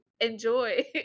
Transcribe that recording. enjoy